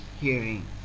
hearing